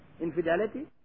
infidelity